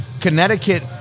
Connecticut